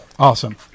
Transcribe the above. Awesome